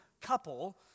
couple